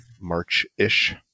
March-ish